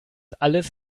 alles